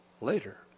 later